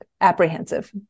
apprehensive